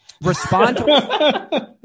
Respond